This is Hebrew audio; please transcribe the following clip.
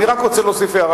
אני רק רוצה להוסיף הערה,